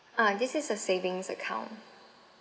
ah this is a savings account